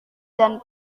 dan